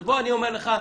אז בוא אני אומר לך,